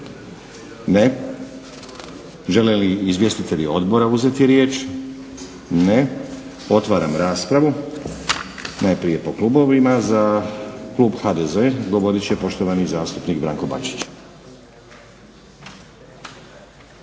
Ne. Žele li izvjestitelji odbora uzeti riječ? Ne. Otvaram raspravu. Najprije po klubovima. Za klub HDZ govorit će poštovani zastupnik Branko Bačić.